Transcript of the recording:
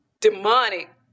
demonic